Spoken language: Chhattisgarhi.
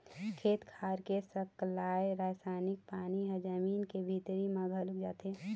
खेत खार के सकलाय रसायनिक पानी ह जमीन के भीतरी म घलोक जाथे